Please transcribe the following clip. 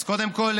אז קודם כול,